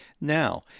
Now